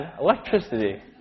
electricity